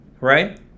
right